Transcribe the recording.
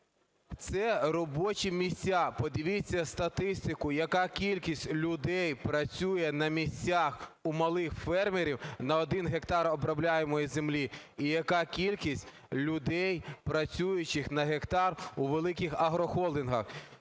Це робочі місця. Подивіться статистику, яка кількість людей працює на місцях у малих фермерів на один гектар обробляємої землі і яка кількість людей працюючих на гектар у великих агрохолдингах.